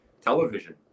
television